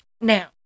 Now